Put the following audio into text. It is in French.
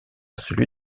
celui